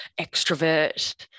extrovert